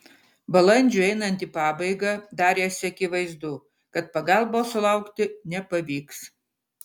balandžiui einant į pabaigą darėsi akivaizdu kad pagalbos sulaukti nepavyks